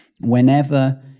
Whenever